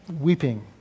weeping